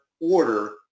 order